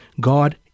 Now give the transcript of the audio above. god